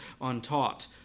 untaught